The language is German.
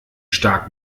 stark